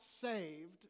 saved